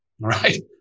right